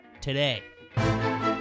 Today